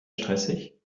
stressig